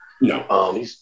No